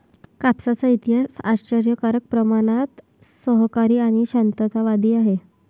कापसाचा इतिहास आश्चर्यकारक प्रमाणात सहकारी आणि शांततावादी आहे